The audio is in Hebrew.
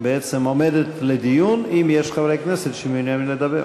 בעצם עומדת לדיון אם יש חברי כנסת שמעוניינים לדבר.